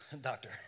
doctor